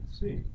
see